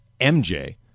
MJ